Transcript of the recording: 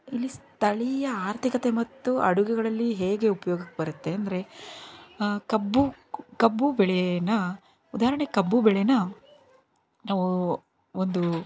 ಇಲ್ಲಿ ಸ್ಥಳೀಯ ಆರ್ಥಿಕತೆ ಮತ್ತು ಅಡುಗೆಗಳಲ್ಲಿ ಹೇಗೆ ಉಪಯೋಗಕ್ಕೆ ಬರತ್ತೆ ಅಂದರೆ ಕಬ್ಬು ಕಬ್ಬು ಬೆಳೆಯನ್ನು ಉದಾಹರಣೆಗೆ ಕಬ್ಬು ಬೆಳೆಯನ್ನು ನಾವು ಒಂದು